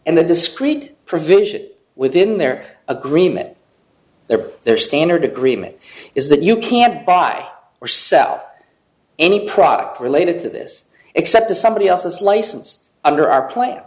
and the discrete provision within their agreement there their standard agreement is that you can't buy or sell any product related to this except the somebody else is licensed under our plan